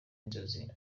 inzozi